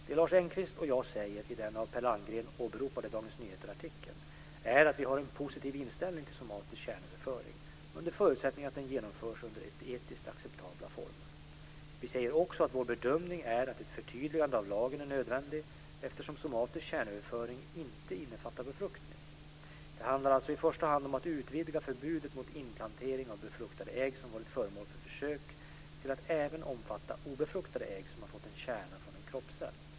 Det Lars Engqvist och jag säger i den av Per Landgren åberopade Dagens Nyheter-artikeln är att vi har en positiv inställning till somatisk kärnöverföring under förutsättning att den genomförs under etiskt acceptabla former. Vi säger också att vår bedömning är att ett förtydligande av lagen är nödvändigt eftersom somatisk kärnöverföring inte innefattar befruktning. Det handlar alltså i första hand om att utvidga förbudet mot inplantering av befruktade ägg som varit föremål för försök till att även omfatta obefruktade ägg som har fått en kärna från en kroppscell.